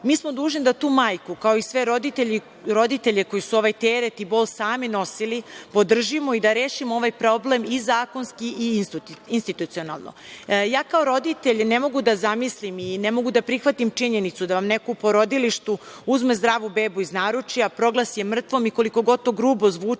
Mi smo dužni da tu majku, kao i sve roditelje koji su ovaj teret i bol sami nosili podržimo i da rešimo ovaj problem i zakonski i institucionalno. Ja kao roditelj ne mogu da zamislim i ne mogu da prihvatim činjenicu da vam neko u porodilištu uzme zdravu bebu iz naručja, proglasi je mrtvom i koliko god to grubo zvučalo